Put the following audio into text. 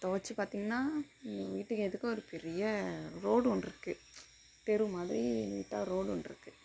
துவச்சி பார்த்திங்கன்னா எங்கள் வீட்டுக்கு எதுர்க்க ஒரு பெரிய ரோடு ஒன்று இருக்குது தெரு மாதிரி நீட்டாக ரோடு ஒன்று இருக்குது